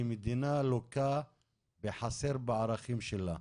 היא מדינה לוקה בחסר בערכים שלה.